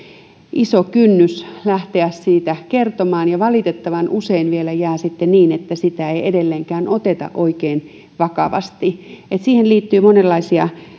iso kynnys lähteä siitä kertomaan ja valitettavan usein vielä jää sitten niin että sitä ei edelleenkään oteta oikein vakavasti että siihen liittyy monenlaisia